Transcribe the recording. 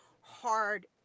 hard